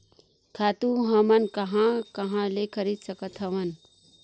खातु हमन कहां कहा ले खरीद सकत हवन?